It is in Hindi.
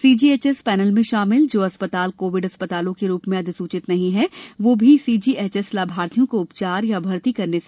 सीजीएचएस पैनल में शामिल जो अस्पताल कोविड अस्पतालों के रूप में अधिसूचित नहीं है वो भी सीजीएचएस लाभार्थियों को उपचार या भर्ती करने से मना नहीं कर सकेंगे